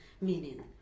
meaning